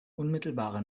unmittelbarer